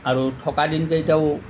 আৰু থকা দিনকেইটাও